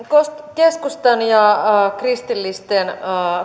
keskustan ja kristillisten